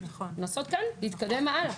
ולהתקדם הלאה.